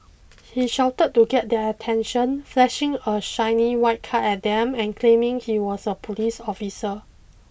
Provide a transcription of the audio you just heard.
he shouted to get their attention flashing a shiny white card at them and claiming he was a police officer